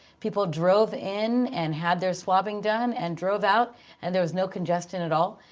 people drove in and had their swabbing done and drove out and there was no congestion at all.